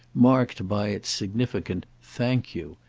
marked by its significant thank you!